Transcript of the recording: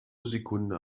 sekunde